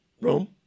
Rome